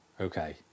Okay